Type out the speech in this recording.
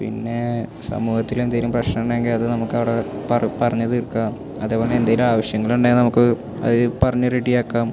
പിന്നേ സമൂഹത്തിൽ എന്തെങ്കിലും പ്രശ്നമുണ്ടെങ്കിൽ അത് നമുക്ക് അത് അവിടെ പറഞ്ഞ് തീർക്കാം അതേപോലെ തന്നെ എന്തെങ്കിലും ആവശ്യങ്ങളുണ്ടെങ്കിൽ നമുക്ക് അത് അത് പറഞ്ഞ് റെഡിയാക്കാം